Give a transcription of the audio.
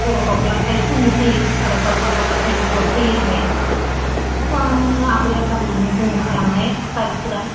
हराव गाबब्लाथाय सुनि फैयो आरो दावखा गाब्बाथाय बिपद फैयो होननायखौ सिगा आंनो आबै आबौमोनानो बुंखालांनाय खोथाफोरा